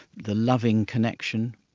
the loving connection,